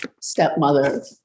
stepmother